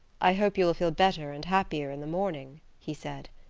i hope you will feel better and happier in the morning, he said.